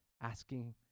asking